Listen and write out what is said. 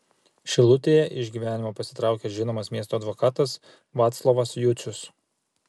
šilutėje iš gyvenimo pasitraukė žinomas miesto advokatas vaclovas jucius